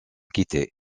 quitter